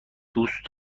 دوست